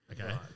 okay